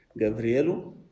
Gabrielo